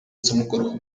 z’umugoroba